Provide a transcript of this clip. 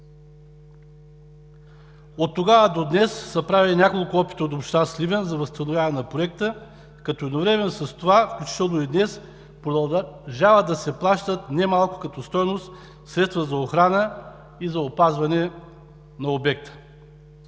Оттогава до днес са правени няколко опита от община Сливен за възстановяване на Проекта, като едновременно с това, включително и днес, продължават да се плащат немалко като стойност средства за охрана и опазване на обекта.